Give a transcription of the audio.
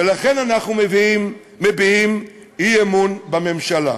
ולכן אנחנו מביעים אי-אמון בממשלה.